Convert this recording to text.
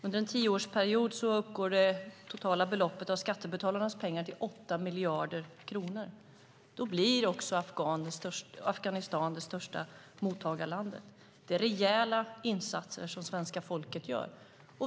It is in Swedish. Under en tioårsperiod uppgår det totala beloppet av skattebetalarnas pengar till 8 miljarder kronor. Då blir Afghanistan det största mottagarlandet. Det är rejäla insatser som svenska folket gör.